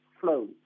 flow